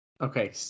Okay